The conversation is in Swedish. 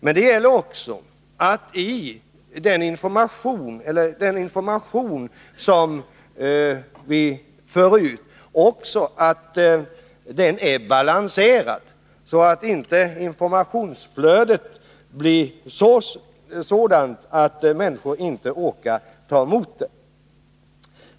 Men det gäller också att den information som vi för ut är balanserad, så att inte informationsflödet blir sådant att människorna inte orkar ta emot det.